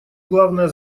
главная